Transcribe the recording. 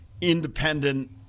independent